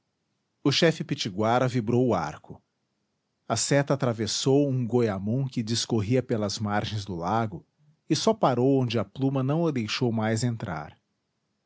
o chefe pitiguara vibrou o arco a seta atravessou um goiamum que discorria pelas margens do lago e só parou onde a pluma não a deixou mais entrar